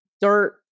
dirt